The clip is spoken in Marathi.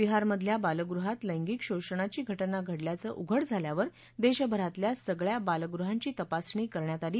बिहारमधल्या बालगृहात लैंगिक शोषणाची घटना घडल्याचं उघड झाल्यावर देशभरातल्या सगळ्या बालगृहांची तपासणी करण्यात आली